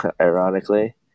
ironically